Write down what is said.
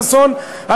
חבר הכנסת חסון,